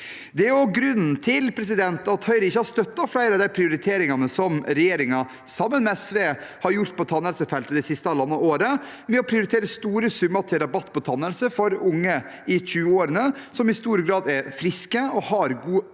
Det er også grunnen til at Høyre ikke har støttet flere av de prioriteringene som regjeringen, sammen med SV, har gjort på tannhelsefeltet det siste halvannet året. De prioriterer store summer til rabatt på tannhelse for unge i 20-årene som i stor grad er friske og har god